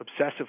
obsessively